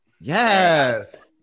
Yes